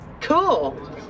cool